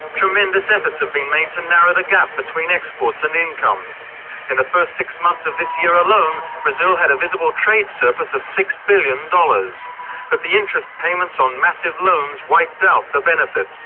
tremendous efforts have been made to narrow the gap between exports and incomes. in the first six months of this year alone, brazil had a visible trade surplus of six billion dollars, but the interest payments on massive loans wiped out the benefit.